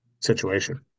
situation